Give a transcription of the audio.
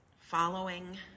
following